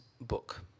book